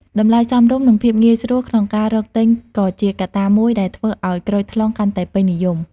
តម្លៃសមរម្យ និងភាពងាយស្រួលក្នុងការរកទិញក៏ជាកត្តាមួយដែលធ្វើឱ្យក្រូចថ្លុងកាន់តែពេញនិយម។